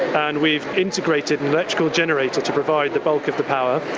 and we've integrated an electrical generator to provide the bulk of the power,